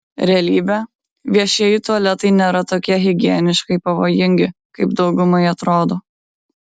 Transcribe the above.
realybė viešieji tualetai nėra tokie higieniškai pavojingi kaip daugumai atrodo